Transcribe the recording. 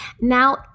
Now